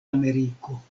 ameriko